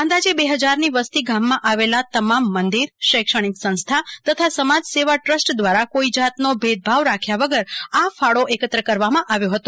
અંદાજે બે ફજાર ની વસ્તિ ગામ માં આવેલા તમામ મંદિર શૈક્ષણિક સંસ્થા તથા સમાજસેવા ટ્રસ્ટ દ્વારા કોઇ જાતનો ભેદભાવ રાખ્યા વગર આ ફાળો એકત્ર કરવામાં આવ્યો હતો